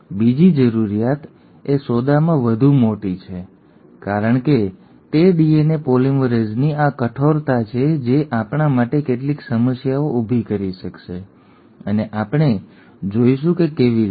બીજી જરૂરિયાત એ સોદામાં વધુ મોટી છે કારણ કે તે ડીએનએ પોલિમરેઝની આ કઠોરતા છે જે આપણા માટે કેટલીક સમસ્યાઓ ઉભી કરશે અને આપણે જોઈશું કે કેવી રીતે